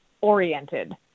oriented